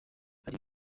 ari